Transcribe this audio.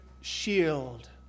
shield